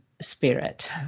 spirit